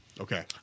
Okay